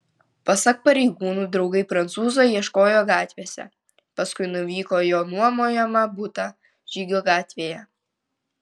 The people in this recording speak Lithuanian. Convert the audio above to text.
pasak pareigūnų draugai prancūzo ieškojo gatvėse paskui nuvyko į jo nuomojamą butą žygio gatvėje